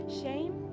shame